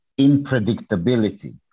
unpredictability